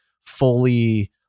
fully